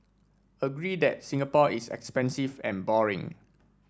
agree that Singapore is expensive and boring